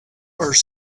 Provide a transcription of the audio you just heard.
are